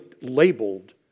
labeled